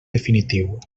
definitiu